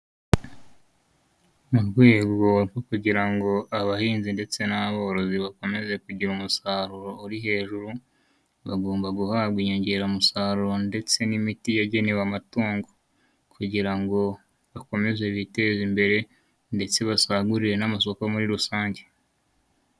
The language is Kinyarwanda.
Mu rwego rwo kugira ngo abahinzi ndetse n'aborozi bakomeze kugira umusaruro uri hejuru, bagomba guhabwa inyongera musaruro ndetse n'imiti yagenewe amatungo, kugira ngo biteze imbere ndetse basagurire n'amasoko muri rusange.